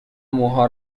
موها